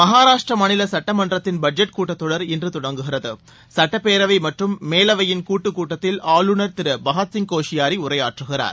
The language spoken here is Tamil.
மகாராஷ்டிரா மாநில சட்டமன்றத்தின் பட்ஜெட் கூட்டத தொடர் இன்று தொடங்குகிறது சட்டப்பேரவை மற்றம் மேலவையின் கூட்டுக் கூட்டத்தில் ஆளுநர் திரு பகத்சிய் கோஷியாரி உரையாற்றுகிறார்